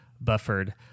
buffered